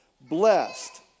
blessed